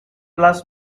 bless